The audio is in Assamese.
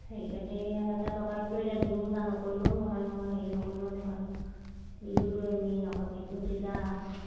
সেই গতিকে সে তথাপিতো এতিয়া বিহু বজাৰ নকৰিলেও নহয় নহয় হেৰি নকৰিলেও নহয় বিহুটোৱে মেইন আকৌ বিহু তেতিয়া